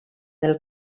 del